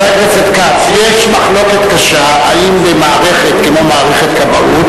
יש מחלוקת קשה אם מערכת כמו מערכת כבאות